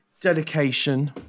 dedication